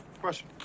Question